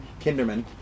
Kinderman